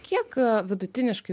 kiek vidutiniškai